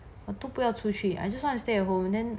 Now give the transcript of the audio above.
我都不要出去 I just want to stay at home then